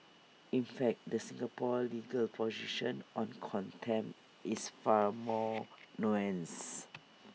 in fact the Singapore legal position on contempt is far more nuanced